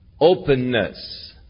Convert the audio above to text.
openness